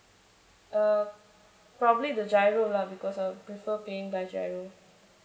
uh probably the giro lah because I'll prefer paying by giro